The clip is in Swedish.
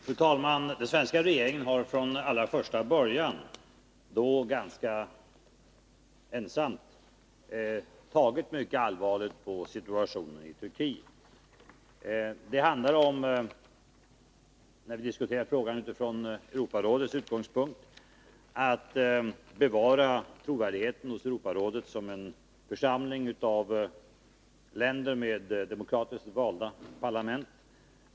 Fru talman! Den svenska regeringen har från allra första början — och då som nästan enda nation — tagit mycket allvarligt på situationen i Turkiet. När vi diskuterar frågan utifrån Europarådets utgångspunkt handlar det om att bevara trovärdigheten hos Europarådet som en församling av länder med demokratiskt valda parlament.